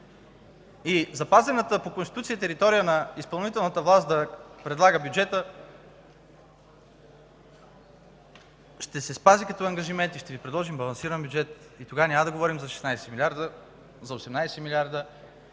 Запазената по Конституция територия на изпълнителната власт да предлага бюджета ще я спазим като ангажимент и ще Ви предложим балансиран бюджет. Тогава няма да говорим за 16 милиарда, а за 18 милиарда